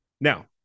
Now